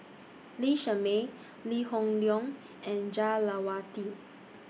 Lee Shermay Lee Hoon Leong and Jah Lelawati